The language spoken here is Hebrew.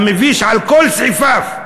המביש על כל סעיפיו,